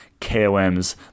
KOMs